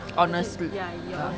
honestly ya